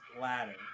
Ladder